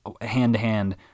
hand-to-hand